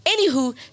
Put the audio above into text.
Anywho